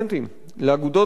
לאגודות הסטודנטים,